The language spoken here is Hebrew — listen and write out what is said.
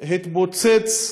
התפוצץ לידם,